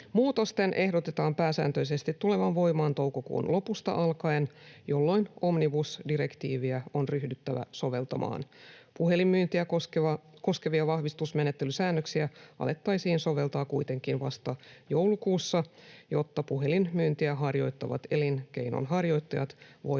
Muutosten ehdotetaan pääsääntöisesti tulevan voimaan toukokuun lopusta alkaen, jolloin omnibusdirektiiviä on ryhdyttävä soveltamaan. Puhelinmyyntiä koskevia vahvistusmenettelysäännöksiä alettaisiin soveltaa kuitenkin vasta joulukuussa, jotta puhelinmyyntiä harjoittavat elinkeinonharjoittajat voivat